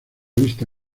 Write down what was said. vista